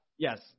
Yes